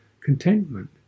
contentment